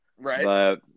Right